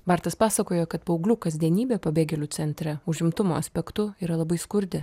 bartas pasakojo kad paauglių kasdienybė pabėgėlių centre užimtumo aspektu yra labai skurdi